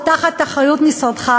או תחת אחריות משרדך,